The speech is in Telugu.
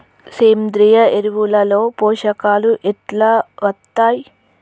సేంద్రీయ ఎరువుల లో పోషకాలు ఎట్లా వత్తయ్?